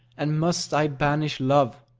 and must i banish love,